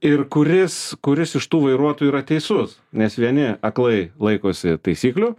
ir kuris kuris iš tų vairuotojų yra teisus nes vieni aklai laikosi taisyklių